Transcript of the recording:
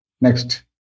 Next